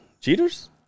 Cheaters